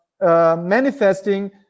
manifesting